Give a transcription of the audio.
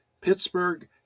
Pittsburgh